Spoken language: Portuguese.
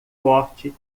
forte